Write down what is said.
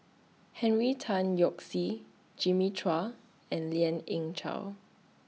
Henry Tan Yoke See Jimmy Chua and Lien Ying Chow